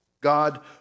God